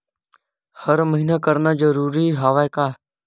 हर महीना करना जरूरी हवय का?